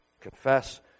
confess